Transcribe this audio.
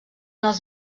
els